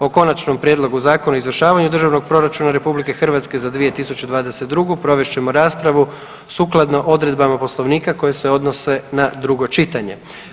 O Konačnom prijedlogu Zakona o izvršavanju Državnog proračuna RH za 2022. provest ćemo raspravu sukladno odredbama Poslovnika koje se odnose na drugo čitanje.